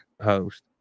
host